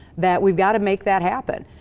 that we've gotta make that happen.